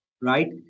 right